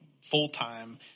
full-time